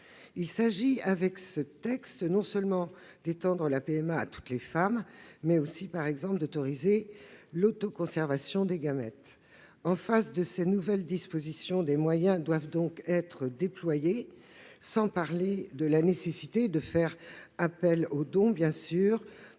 il s'agit non seulement d'étendre la PMA à toutes les femmes, mais aussi, par exemple, d'autoriser l'autoconservation des gamètes. Ces nouvelles dispositions impliquent de déployer des moyens, sans parler de la nécessité de faire appel aux dons, bien sûr,